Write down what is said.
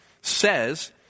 says